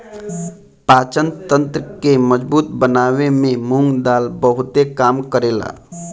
पाचन तंत्र के मजबूत बनावे में मुंग दाल बहुते काम करेला